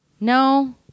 No